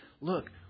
look